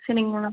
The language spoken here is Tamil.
சரிங்க மேடம்